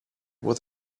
with